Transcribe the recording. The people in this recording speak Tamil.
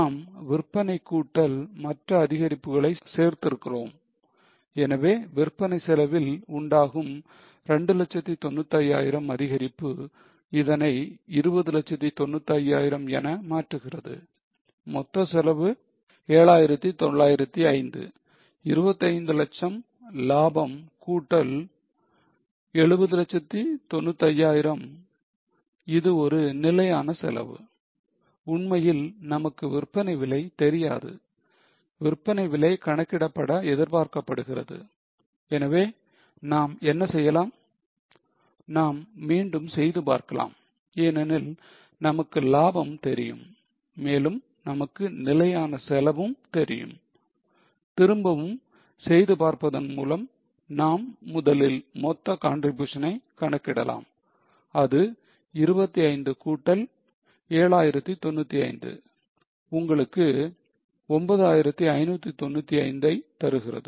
நாம் விற்பனை கூட்டல் மற்ற அதிகரிப்புகளை சேர்த்திருக்கிறோம் எனவே விற்பனை செலவில் உண்டாகும் 295000 அதிகரிப்பு இதனை 2095000 என மாற்றுகிறது மொத்த செலவு 7905 25 லட்சம் லாபம் கூட்டல் 7095000 இது ஒரு நிலையான செலவு உண்மையில் நமக்கு விற்பனை விலை தெரியாது விற்பனை விலை கணக்கிடப்பட எதிர்பார்க்கப்படுகிறது எனவே நாம் என்ன செய்யலாம் நாம் மீண்டும் செய்து பார்க்கலாம் ஏனெனில் நமக்கு லாபம் தெரியும் மேலும் நமக்கு நிலையான செலவும் தெரியும் திரும்பவும் செய்து பார்ப்பதன் மூலம் நாம் முதலில் மொத்த contribution னை கணக்கிடலாம் அது 25 கூட்டல் 7095 உங்களுக்கு 9595 ஐ தருகிறது